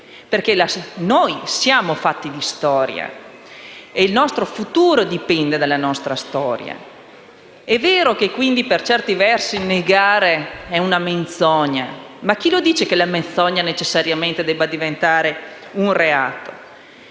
stessi: noi siamo fatti di storia e il nostro futuro dipende dalla nostra storia. È quindi vero che, per certi versi, negare è una menzogna, ma chi dice che la menzogna debba necessariamente diventare reato?